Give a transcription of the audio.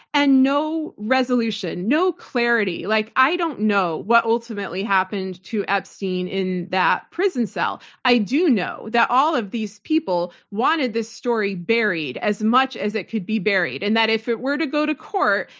and no resolution, no clarity. like i don't know what ultimately happened to epstein in that prison cell. i do know that all of these people wanted this story buried as much as it could be buried and that if it were to go to court,